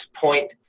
point